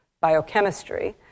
biochemistry